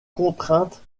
contrainte